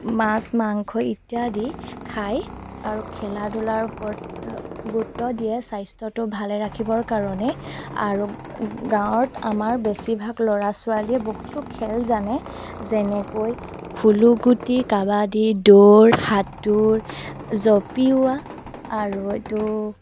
মাছ মাংস ইত্যাদি খায় আৰু খেলা ধূলাৰ ওপৰত গুৰুত্ব দিয়ে স্বাস্থ্যটো ভালে ৰাখিবৰ কাৰণে আৰু গাঁৱত আমাৰ বেছিভাগ ল'ৰা ছোৱালীয়ে বহুতো খেল জানে যেনেকৈ খুলুগুটি কাবাডী দৌৰ সাঁতোৰ জঁপিওৱা আৰু এইটো